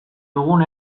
dugun